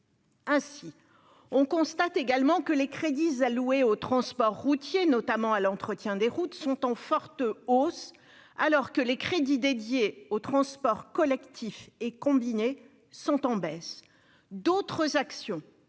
Ainsi, on constate que les crédits alloués au transport routier, notamment à l'entretien des routes, sont en forte hausse, alors que les crédits dédiés aux transports collectifs et combinés sont en baisse.